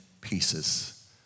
pieces